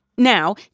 Now